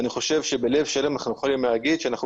ואני חושב שבלב שלם אנחנו יכולים להגיד שאנחנו